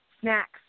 snacks